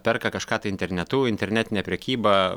perka kažką tai internetu internetinė prekyba